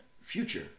future